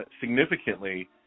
significantly